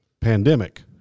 pandemic